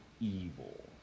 evil